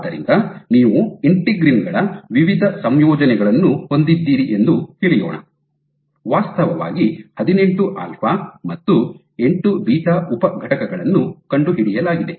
ಆದ್ದರಿಂದ ನೀವು ಇಂಟಿಗ್ರೀನ್ ಗಳ ವಿವಿಧ ಸಂಯೋಜನೆಗಳನ್ನು ಹೊಂದಿದ್ದೀರಿ ಎಂದು ತಿಳಿಯೋಣ ವಾಸ್ತವವಾಗಿ ಹದಿನೆಂಟು ಆಲ್ಫಾ ಮತ್ತು ಎಂಟು ಬೀಟಾ ಉಪಘಟಕಗಳನ್ನು ಕಂಡುಹಿಡಿಯಲಾಗಿದೆ